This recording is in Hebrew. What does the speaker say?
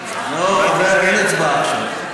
לא, אין הצבעה עכשיו.